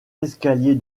escalier